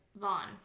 Vaughn